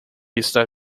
está